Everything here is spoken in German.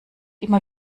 immer